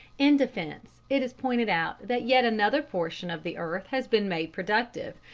in defence it is pointed out that yet another portion of the earth has been made productive,